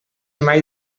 mai